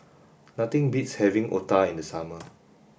nothing beats having Otah in the summer